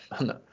no